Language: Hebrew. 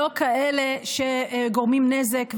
לא כאלה שגורמים נזק,